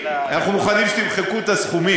אנחנו מוכנים שתמחקו את הסכומים,